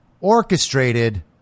orchestrated